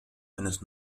eines